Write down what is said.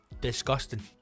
disgusting